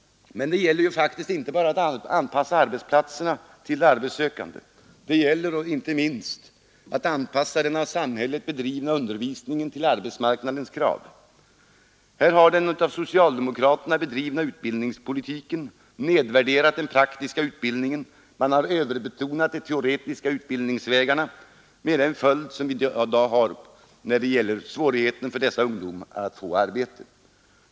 Men det gäller ju faktiskt inte bara att anpassa arbetsplatserna till de arbetssökande. Det gäller inte minst att anpassa den av samhället bedrivna undervisningen till arbetsmarknadens krav. Här har den av socialdemokraterna bedrivna utbildningspolitiken nedvärderat den praktiska utbildningen och överbetonat de teoretiska utbildningsvägarna, vilket haft till följd att ungdomarna har svårt att få arbete.